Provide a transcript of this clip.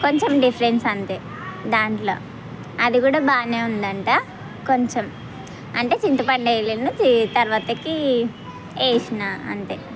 కొంచెం డిఫరెన్స్ అంతే దాంట్లో అది కూడా బాగానే ఉందంట కొంచెం అంటే చింతపండు వేయలేను తర్వాతకి వేసినా అంతే